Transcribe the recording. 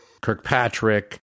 Kirkpatrick